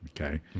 Okay